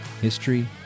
history